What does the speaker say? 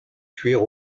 cuire